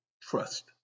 trust